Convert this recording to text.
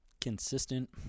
consistent